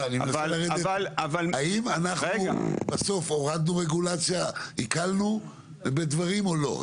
זו השאלה: האם אנחנו בסוף הורדנו רגולציה והקלנו בדברים או לא?